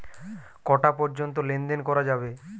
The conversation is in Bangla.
কটা পর্যন্ত লেন দেন করা যাবে?